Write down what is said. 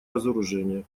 разоружения